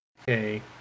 Okay